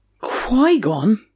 Qui-Gon